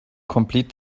complete